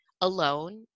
alone